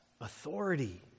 authority